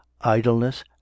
idleness